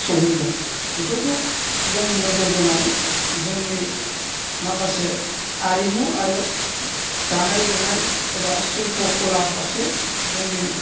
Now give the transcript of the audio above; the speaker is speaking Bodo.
सहैगोन बेफोरखौ जों नोजोर बोनानै जोंनि माखासे आरिमु आरो दानाय लुनाय एबा सिल्फ' खला फारसे जोंनि